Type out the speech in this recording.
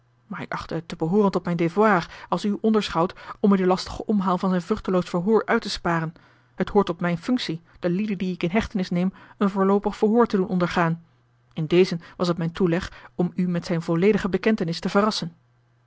maar ik achtte het te behooren tot mijn devoir als uw onderschout om u den lastigen omhaal van zijn vruchteloos verhoor uit te sparen het hoort tot mijne functie de lieden die ik in hechtenis neem een voorloopig verhoor te doen ondergaan in dezen was het mijn toeleg om u met zijne volledige bekentenis te verrassen